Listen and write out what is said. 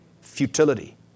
futility